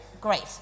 great